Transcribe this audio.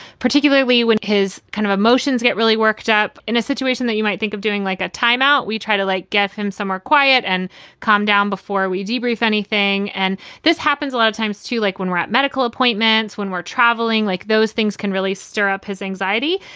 particularly when his kind of emotions get really worked up in a situation that you might think of doing like a time out. we try to, like, get him somewhere quiet and calm down before we debrief anything. and this happens a lot of times, too, like when we're at medical appointments, when we're traveling, like those things can really stir up his anxiety.